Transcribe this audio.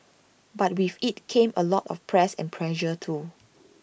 but with IT came A lot of press and pressure too